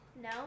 No